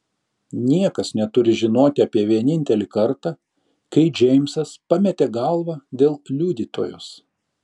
niekas neturi žinoti apie vienintelį kartą kai džeimsas pametė galvą dėl liudytojos